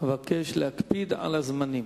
אבקש להקפיד על הזמנים.